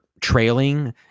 trailing